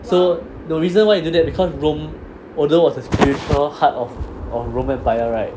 so the reason why internet because rome although was the spiritual heart of of roman empire right